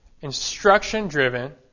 instruction-driven